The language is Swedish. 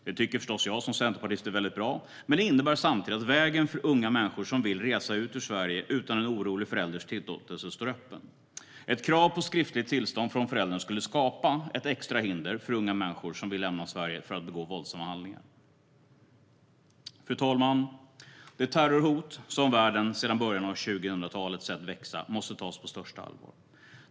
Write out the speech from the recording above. Det tycker förstås jag som centerpartist är bra, men det innebär samtidigt att vägen för unga människor som vill resa ut ur Sverige utan en orolig förälders tillåtelse står öppen. Ett krav på skriftligt tillstånd från föräldern skulle skapa ett extra hinder för unga människor som vill lämna Sverige för att begå våldsamma handlingar. Fru talman! Det terrorhot som världen sedan början av 2000-talet har sett växa måste tas på största allvar.